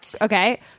okay